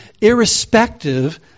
irrespective